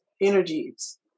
energies